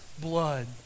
blood